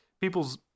People's